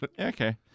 Okay